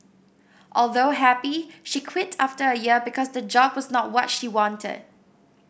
although happy she quit after a year because the job was not what she wanted